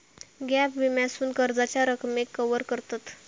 gap विम्यासून कर्जाच्या रकमेक कवर करतत